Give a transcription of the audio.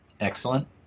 Excellent